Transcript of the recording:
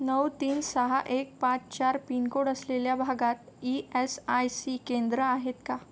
नऊ तीन सहा एक पाच चार पिनकोड असलेल्या भागात ई एस आय सी केंद्रं आहेत का